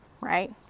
right